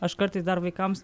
aš kartais dar vaikams